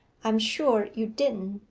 i am sure you didn't,